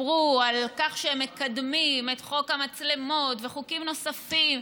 שסיפרו על כך שהם מקדמים את חוק המצלמות וחוקים נוספים,